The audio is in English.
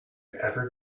ever